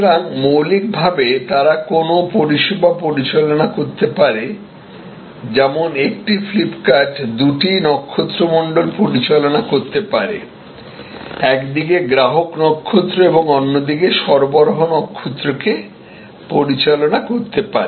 সুতরাং মৌলিকভাবে তারা কোনও পরিষেবা পরিচালনা করতে পারে যেমন একটি ফ্লিপকার্ট দুটি নক্ষত্রমণ্ডল পরিচালনা করতে পারে একদিকে গ্রাহক নক্ষত্র এবং অন্যদিকে সরবরাহ নক্ষত্রকে পরিচালনা করতে পারে